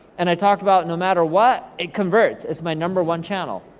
and i talk about, no matter what, it converts, it's my number one channel.